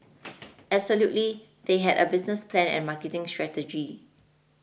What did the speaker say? absolutely they had a business plan and marketing strategy